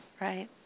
right